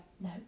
no